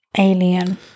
alien